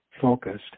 focused